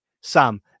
sam